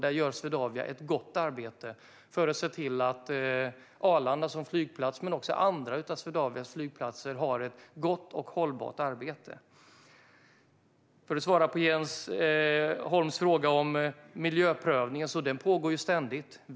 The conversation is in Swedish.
Där gör Swedavia ett gott arbete för att se till att Arlanda, men också andra av Swedavias flygplatser, har ett gott och hållbart arbete. För att svara på Jens Holms fråga om miljöprövning så pågår det ständigt.